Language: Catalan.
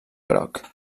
groc